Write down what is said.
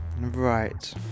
right